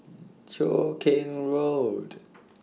Cheow Keng Road